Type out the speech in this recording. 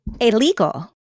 illegal